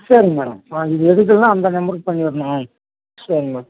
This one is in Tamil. சரிங்க மேடம் ஆ இது எடுக்கலன்னா அந்த நம்பருக்கு பண்ணிறணும் சரிங்க மேடம்